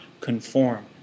conform